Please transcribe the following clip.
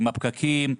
עם הפקקים,